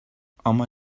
ama